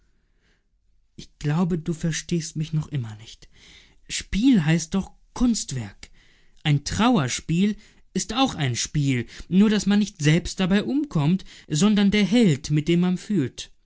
ich glaube du verstehst mich noch immer nicht spiel heißt doch kunstwerk ein trauerspiel ist auch ein spiel nur daß man nicht selbst dabei umkommt sondern der held mit dem man fühlt